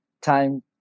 time